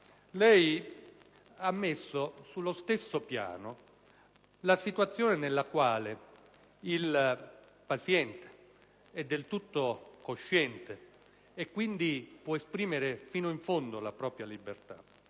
ha messo sullo stesso piano la situazione nella quale il paziente è del tutto cosciente, quindi può esprimere fino in fondo la propria libertà,